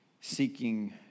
seeking